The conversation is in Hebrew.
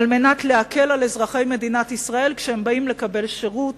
כדי להקל על אזרחי מדינת ישראל כשהם באים לקבל שירות